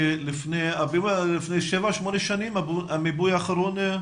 לפני שבע-שמונה שנים, המיפוי האחרון?